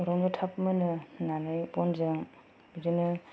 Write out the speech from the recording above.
अरावनो थाब मोनो होननानै बनजों बिदिनो